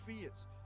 fears